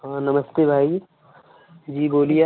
हाँ नमस्ते भाई जी बोलिए